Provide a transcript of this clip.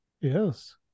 Yes